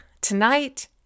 tonight